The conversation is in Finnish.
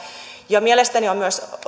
ja mielestäni on myös